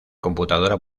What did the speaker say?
computadora